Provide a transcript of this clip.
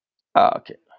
ah okay